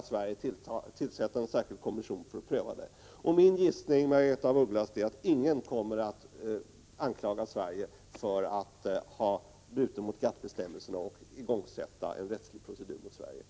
Om Sverige anklagas, kan en särskild kommission tillsättas för prövning av denna anklagelse. Min gissning, Margaretha af Ugglas, är att ingen kommer att anklaga Sverige och igångsätta en rättslig procedur för att vårt land skulle ha brutit mot GATT-bestämmelserna.